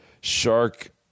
Shark